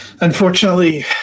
unfortunately